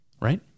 right